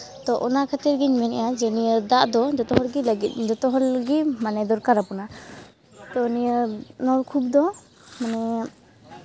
ᱛᱳ ᱚᱱᱟ ᱠᱷᱟᱹᱛᱤᱨ ᱜᱤᱧ ᱢᱮᱱᱮᱫᱟ ᱡᱮ ᱱᱤᱭᱟᱹ ᱫᱟᱜ ᱫᱚ ᱡᱚᱛᱚ ᱦᱚᱲᱜᱮ ᱞᱟᱹᱜᱤᱫ ᱡᱚᱛᱚ ᱦᱚᱲ ᱞᱟᱹᱜᱤᱫ ᱢᱟᱱᱮ ᱫᱚᱨᱠᱟᱨ ᱟᱵᱚᱱᱟ ᱛᱚ ᱱᱤᱭᱟᱹ ᱱᱚᱞᱠᱩᱯ ᱫᱚ ᱢᱟᱱᱮ